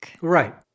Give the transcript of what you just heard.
Right